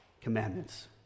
commandments